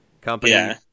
company